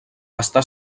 està